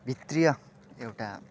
भित्रीया एउटा